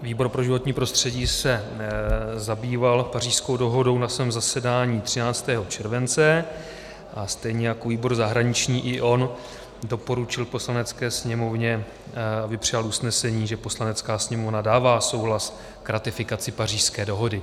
Výbor pro životní prostředí se zabýval Pařížskou dohodou na svém zasedání 13. července 2017 a stejně jako výbor zahraniční i on doporučil Poslanecké sněmovně, aby přijala usnesení, že Poslanecká sněmovna dává souhlas k ratifikaci Pařížské dohody.